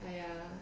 !aiya!